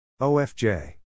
OFJ